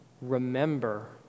remember